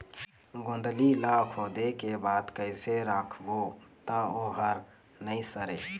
गोंदली ला खोदे के बाद कइसे राखबो त ओहर नई सरे?